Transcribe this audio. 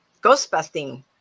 Ghostbusting